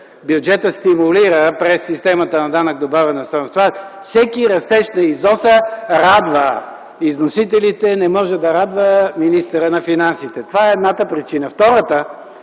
бюджетът стимулира през системата на данък добавена стойност – всеки растеж на износа радва износителите, не може да радва министърът на финансите. Това е едната причина. Впрочем